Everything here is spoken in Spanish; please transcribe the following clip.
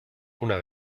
una